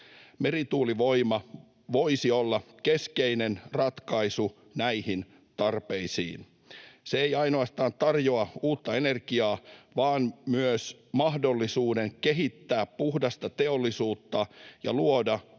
Merituulivoima voisi olla keskeinen ratkaisu näihin tarpeisiin. Se ei tarjoa ainoastaan uutta energiaa vaan myös mahdollisuuden kehittää puhdasta teollisuutta ja luoda uusia